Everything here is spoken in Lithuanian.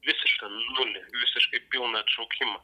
visišką nulį visiškai pilną atšaukimą